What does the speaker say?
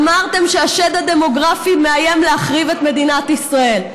אמרתם שהשד הדמוגרפי מאיים להחריב את מדינת ישראל.